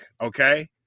Okay